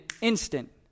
instant